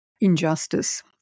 injustice